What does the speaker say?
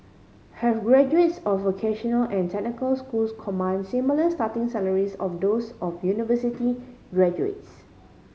have graduates of vocational and technical schools command similar starting salaries of those of university graduates